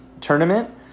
tournament